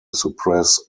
suppress